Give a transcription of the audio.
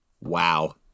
Wow